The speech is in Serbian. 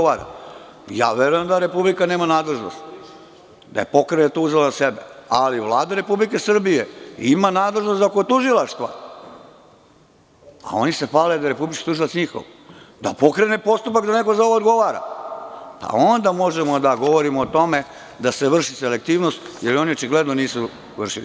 Verujem da Republika nema nadležnost, da je Pokrajina to uzela za sebe, ali Vlada Republike Srbije ima nadležnost oko tužilaštva, a oni se hvale da je republički tužilac njihov, da pokrene postupak i da neko za ovo odgovara, pa onda možemo da govorimo o tome da se vrši selektivnost, jer je oni očigledno nisu vršili.